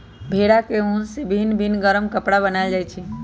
भेड़ा के उन से भिन भिन् गरम कपरा बनाएल जाइ छै